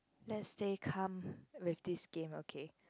let's stay calm with this game okay